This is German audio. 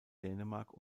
dänemark